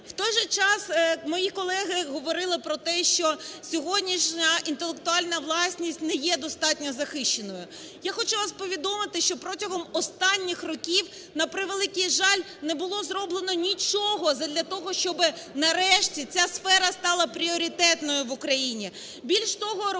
В той же час, мої колеги говорили про те, що сьогоднішня інтелектуальна власність не є достатньо захищеною. Я хочу вас повідомити, що протягом останніх років, на превеликий жаль, не було зроблено нічого задля того, щоб нарешті ця сфера стала пріоритетною в Україні. Більш того, робилися